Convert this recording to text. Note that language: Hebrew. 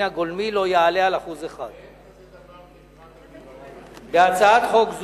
הגולמי לא יעלה על 1%. אין כזה דבר "תקרת הגירעון" לא חשוב.